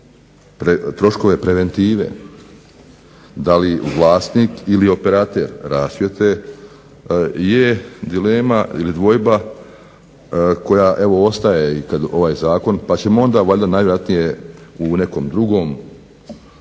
troškove preventive, da li vlasnik ili operater rasvjete je dilema ili dvojba koja evo ostaje i kad ovaj zakon, pa ćemo onda valjda najvjerojatnije u nekom drugom